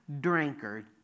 drinker